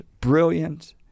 brilliant